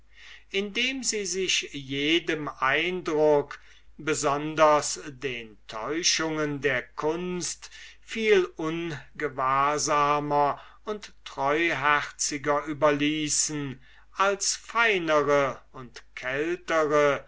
indem sie sich jedem eindruck besonders den illusionen der kunst viel ungewahrsamer und treuherziger überließen als feinere und kältere